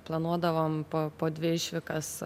planuodavom po po dvi išvykas